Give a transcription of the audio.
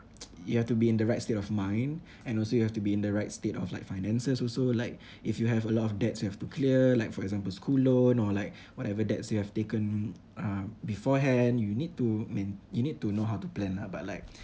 you have to be in the right state of mind and also you have to be in the right state of like finances also like if you have a lot of debts you have to clear like for example school loan or like whatever debts you have taken uh beforehand you need to main~ you need to know how to plan lah but like